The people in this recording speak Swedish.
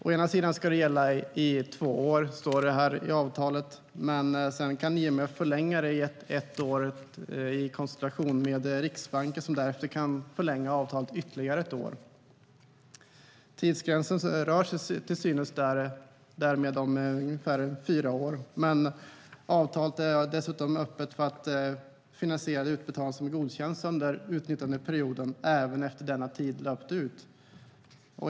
Å ena sidan står det i avtalet att det ska det gälla i två år, å andra sidan kan IMF förlänga det i ett år i konsultation med Riksbanken, som därefter kan förlänga avtalet ytterligare ett år. Tidsgränsen rör sig till synes därmed om ungefär fyra år. Avtalet är dessutom öppet för att finansiera de utbetalningar som godkänns under utnyttjandeperioden även efter det att denna tid har löpt ut.